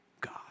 God